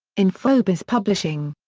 infobase publishing.